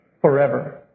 Forever